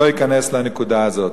לא אכנס לנקודה הזאת.